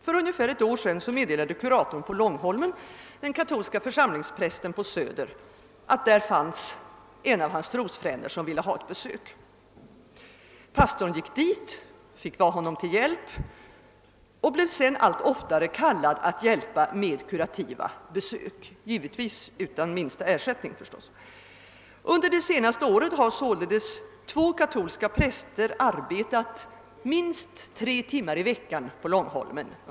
För ett år sedan meddelade kuratorn på Långholmen den katolska församlingsprästen på Söder, att där fanns en av hans trosfränder som ville ha ett besök. Pastorn gick dit, fick vara till hjälp och blev sedan allt oftare kallad att hjälpa genom kurativa besök, givetvis utan minsta ersättning. Under hela det senaste året har två katolska präster arbetat minst tre timmar i veckan på Långholmen.